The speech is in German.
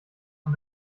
von